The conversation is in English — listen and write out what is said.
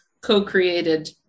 co-created